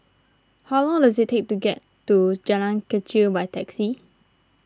how long does it take to get to Jalan Kechil by taxi